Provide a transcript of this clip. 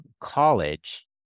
college